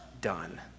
done